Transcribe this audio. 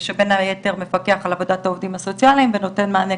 שבין היתר מפקח על עבודת העובדים הסוציאליים ונותן מענה,